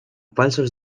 falsos